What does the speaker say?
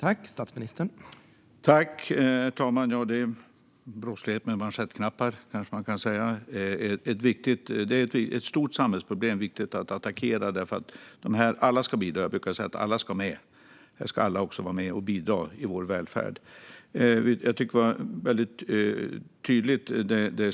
Herr talman! Det här är brottslighet med manschettknappar, kanske man kan säga. Det är ett stort samhällsproblem som är viktigt att attackera. Alla ska bidra. Jag brukar säga att alla ska med, och alla ska också vara med och bidra i vår välfärd.